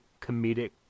comedic